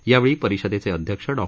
यावेळी परिषदेचे अध्यक्ष डॉ